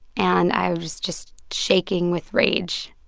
and i was just shaking with rage